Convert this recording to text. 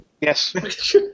Yes